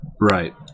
Right